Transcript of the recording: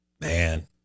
Man